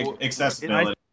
accessibility